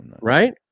right